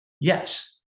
yes